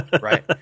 right